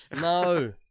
No